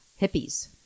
hippies